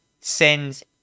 sends